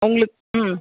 உங்களுக்கு ம்